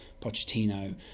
Pochettino